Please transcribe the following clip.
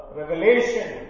revelation